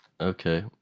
Okay